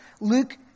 Luke